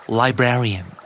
librarian